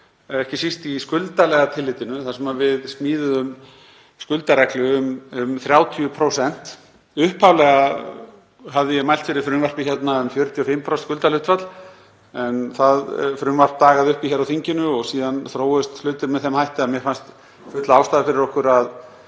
ekki síst í skuldalega tillitinu þar sem við smíðuðum skuldareglu um 30%. Upphaflega hafði ég mælt fyrir frumvarpi um 45% skuldahlutfall en það frumvarp dagaði uppi á þinginu og síðan þróuðust hlutir með þeim hætti að mér fannst full ástæða fyrir okkur að